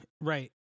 right